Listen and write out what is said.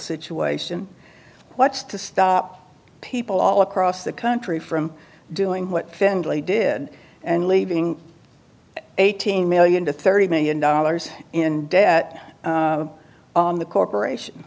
situation what's to stop people all across the country from doing what findlay did and leaving eighteen million to thirty million dollars in debt in the corporation